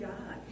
God